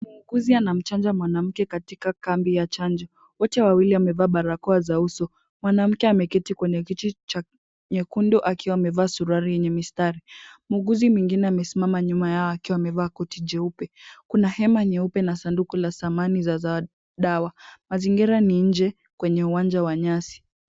Muuguzi anamchanja mwanamke katika kambi ya chanjo, wote wawili wamevaa barakoa za uso, mwanamke ameketi kwenye kiti cha nyekundu akiwa amevaa suruali yenye mistari. Muuguzi mwingine amesimama nyuma yao akiwa amevaa koti jeupe, Kuna hema nyeupe na sanduku la samani za dawa, mazingira ni nje kwenye uwanja wa nyasi.